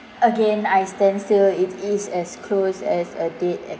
again I stand still it is as close as a dead ex~